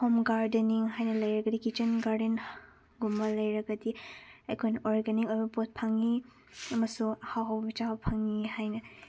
home gardening ꯍꯥꯏꯅ ꯂꯩꯔꯒꯗꯤ kitchen garden ꯒꯨꯝꯕ ꯂꯩꯔꯕꯗꯤ ꯑꯩꯈꯣꯏꯅ ꯑꯣꯔꯒꯥꯅꯤꯛ ꯑꯣꯏꯕ ꯄꯣꯠ ꯐꯪꯏ ꯑꯃꯁꯨꯡ ꯑꯍꯥꯎ ꯑꯍꯥꯎꯕ ꯆꯥꯕ ꯐꯪꯏ ꯍꯥꯏꯅ